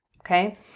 Okay